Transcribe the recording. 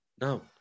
no